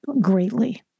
greatly